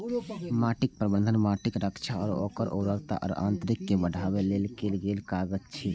माटि प्रबंधन माटिक रक्षा आ ओकर उर्वरता आ यांत्रिकी कें बढ़ाबै लेल कैल गेल काज छियै